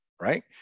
right